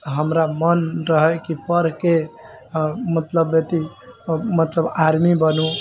हमरा मन रहे की पढ़के मतलब अथी मतलब आर्मी बनू